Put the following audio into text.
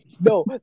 No